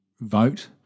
vote